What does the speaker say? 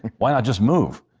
why not just move?